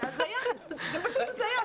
זה הזיה, זה פשוט הזיה.